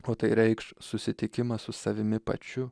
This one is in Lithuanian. o tai reikš susitikimą su savimi pačiu